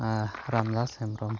ᱟᱨ Ramdas Hembrom